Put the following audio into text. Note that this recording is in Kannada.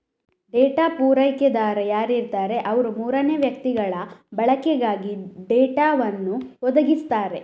ಡೇಟಾ ಪೂರೈಕೆದಾರ ಯಾರಿರ್ತಾರೆ ಅವ್ರು ಮೂರನೇ ವ್ಯಕ್ತಿಗಳ ಬಳಕೆಗಾಗಿ ಡೇಟಾವನ್ನು ಒದಗಿಸ್ತಾರೆ